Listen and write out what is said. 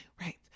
right